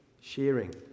sharing